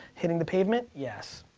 hitting the pavement? yes.